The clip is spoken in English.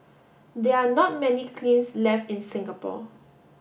there are not many kilns left in Singapore